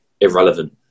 irrelevant